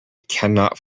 cannot